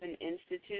Institute